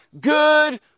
good